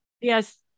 Yes